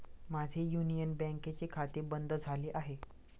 माझे युनियन बँकेचे खाते बंद झाले आहे